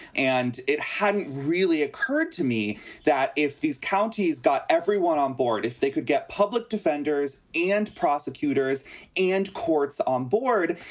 and it hadn't really occurred to me that if these counties got everyone on board, if they could get public defenders and prosecutors and courts on board,